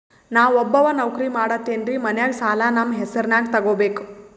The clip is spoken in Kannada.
ನಾ ಒಬ್ಬವ ನೌಕ್ರಿ ಮಾಡತೆನ್ರಿ ಮನ್ಯಗ ಸಾಲಾ ನಮ್ ಹೆಸ್ರನ್ಯಾಗ ತೊಗೊಬೇಕ?